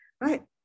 right